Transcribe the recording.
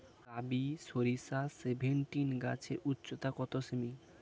বারি সরিষা সেভেনটিন গাছের উচ্চতা কত সেমি?